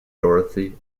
dorothy